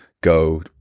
go